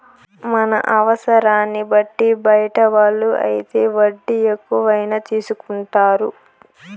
మన అవసరాన్ని బట్టి బయట వాళ్ళు అయితే వడ్డీ ఎక్కువైనా తీసుకుంటారు